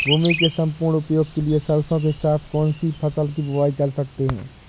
भूमि के सम्पूर्ण उपयोग के लिए सरसो के साथ कौन सी फसल की बुआई कर सकते हैं?